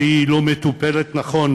שהיא לא מטופלת נכון,